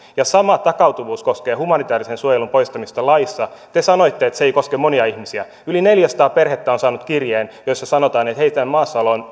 ja sama takautuvuus koskee humanitäärisen suojelun poistamista laissa te sanoitte että se ei koske monia ihmisiä yli neljäsataa perhettä on saanut kirjeen jossa sanotaan että hei teidän maassaolon